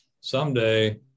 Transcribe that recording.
someday